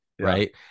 Right